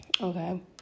Okay